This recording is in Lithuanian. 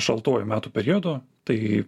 šaltuoju metų periodu tai